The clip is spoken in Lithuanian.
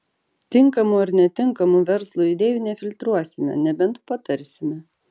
tinkamų ar netinkamų verslui idėjų nefiltruosime nebent patarsime